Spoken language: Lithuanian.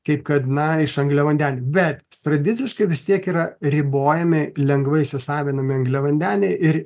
taip kad na iš angliavandenių bet tradiciškai vis tiek yra ribojami lengvai įsisavinami angliavandeniai ir